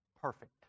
Perfect